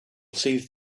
saved